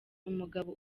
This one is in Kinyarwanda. umugabo